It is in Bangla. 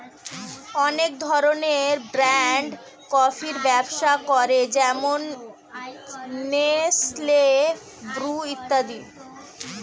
অনেক ধরনের ব্র্যান্ড কফির ব্যবসা করে যেমন নেসলে, ব্রু ইত্যাদি